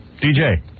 DJ